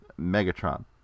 megatron